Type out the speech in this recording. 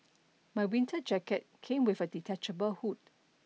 my winter jacket came with a detachable hood